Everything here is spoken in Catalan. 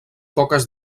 poques